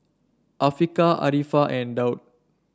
Afiqah Arifa and Daud